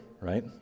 right